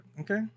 Okay